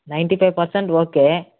ninety five percent okay